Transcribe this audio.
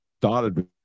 started